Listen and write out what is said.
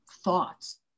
thoughts